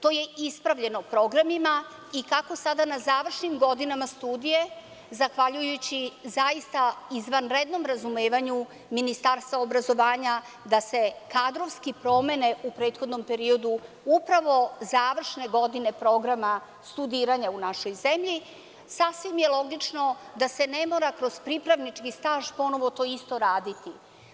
To je ispravljeno programima i kako sada na završnim godinama studije, zahvaljujući zaista izvanrednom razumevanju Ministarstva obrazovanja da se kadrovske promene u prethodnom periodu upravo završne godine programa studiranja u našoj zemlji, sasvim je logično da se ne mora kroz pripravnički staž ponovo to isto raditi.